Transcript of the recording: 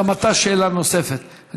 גם אתה שאלה נוספת?